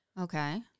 Okay